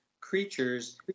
creatures